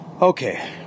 Okay